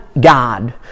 God